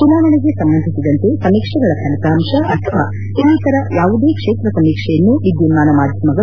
ಚುನಾವಣೆಗೆ ಸಂಬಂಧಿಸಿದಂತೆ ಸಮೀಕ್ಷೆಗಳ ಫಲಿತಾಂತ ಅಥವಾ ಇನ್ನಿತರ ಯಾವುದೇ ಕ್ಷೇತ್ರ ಸಮೀಕ್ಷೆಯನ್ನು ವಿದ್ಯುನ್ನಾನ ಮಾಧ್ಯಮಗಳು